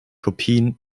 kopien